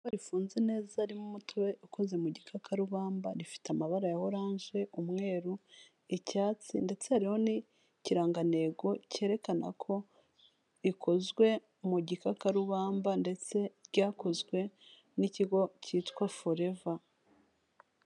Icupa rifunze neza harimo umutobe ukoze mu gikakarubamba, rifite amabara ya oranje, umweru, icyatsi ndetse hariho n'ikirangantego cyerekana ko ikozwe mu gikakarubamba ndetse ryakozwe n'ikigo cyitwa Foreva.